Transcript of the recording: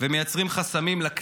מה האינטרס?